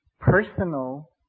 personal